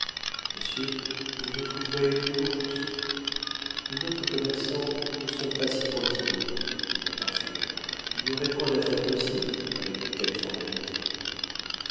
monsieur vous me trouverez toujours juste nous autres commerçants ne sommes pas si pointilleux dit le parfumeur il n'y aurait point d'affaire possible avec de telles formalités